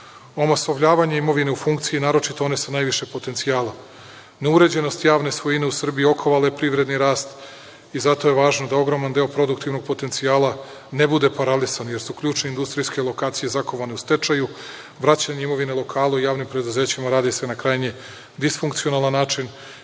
omasovljavanje imovine u funkciji naročito one sa najviše potencijala. Neurađenost javne svojine u Srbiji okovala je privredni rast i zato je važno da ogroman deo produktivnog potencijala ne bude paralisan, jer su ključne industrijske lokacije zakovane u stečaju, vraćanje imovine lokalu i javnim preduzećima, radi se na krajnje disfunkcionalan način.